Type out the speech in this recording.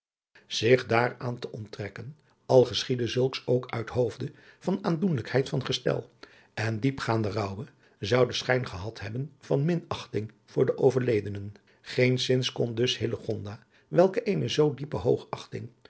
vrouwen zich daaraan te onttrekken al geschiedde zulks ook uit hoofde van aandoenlijkheid van gestel en diepgaanden rouwe zou den schijn gehad hebben van minachting voor den overledenen geenszins kon dus hillegonda welke eene zoo diepe hoogachting